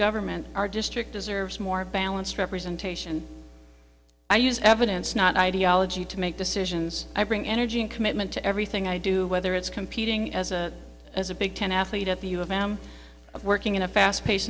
government our district deserves more balanced representation i use evidence not ideology to make decisions i bring energy and commitment to everything i do whether it's competing as a as a big ten athlete at the u of m of working in a fast paced